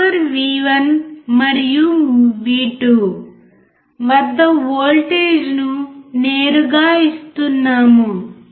buffer V1 మరియు V2 వద్ద వోల్టేజ్ను నేరుగా ఇస్తున్నాము